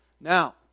Now